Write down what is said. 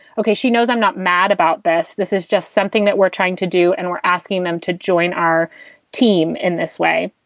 ok, she knows i'm not mad about this. this is just something that we're trying to do and we're asking them to join our team in this way.